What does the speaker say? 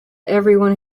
everyone